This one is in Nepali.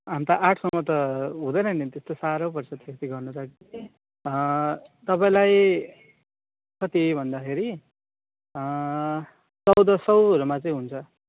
अन्त आठ सयमा त हुँदैन नि त्यो त साह्रो पर्छ त्यति गर्नु त कि तपाईँलाई कति भन्दाखेरि चौध सयहरूमा चाहिँ हुन्छ